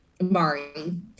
Mari